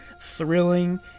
thrilling